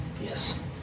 Yes